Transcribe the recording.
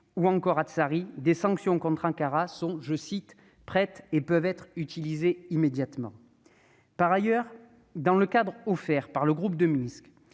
libyen et artsakhi, des sanctions contre Ankara sont « prêtes et peuvent être utilisées immédiatement »? Par ailleurs, dans le cadre offert par le groupe de Minsk,